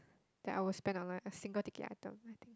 that I will spend on like a single ticket item I think